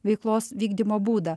veiklos vykdymo būdą